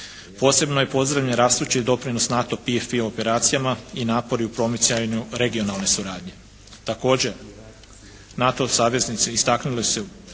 Posebno je pozdravljen rastući doprinos NATO PFP operacijama i napori u promicanju regionalne suradnje. Također NATO saveznici istaknuli su